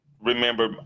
Remember